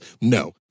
No